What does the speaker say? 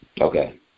Okay